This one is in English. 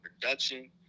production